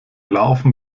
laufen